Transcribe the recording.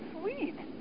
sweet